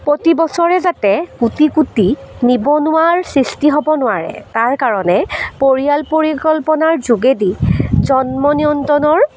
প্ৰতিবছতে যাতে কোটি কোটি নিবনুৱাৰ সৃষ্টি হ'ব নোৱাৰে তাৰ কাৰণে পৰিয়াল পৰিকল্পনাৰ যোগেদি জন্ম নিয়ন্ত্ৰণৰ